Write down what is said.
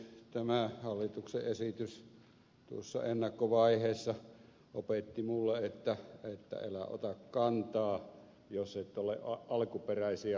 tämä hallituksen esitys tuossa ennakkovaiheessa opetti minulle että älä ota kantaa jos et ole alkuperäisiä asiakirjoja nähnyt